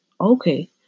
okay